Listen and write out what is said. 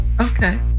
Okay